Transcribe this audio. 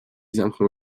zamknął